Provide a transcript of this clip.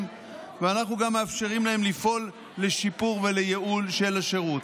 ואנחנו גם מאפשרים להן לפעול לשיפור ולייעול של השירות.